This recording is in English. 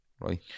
right